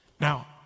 Now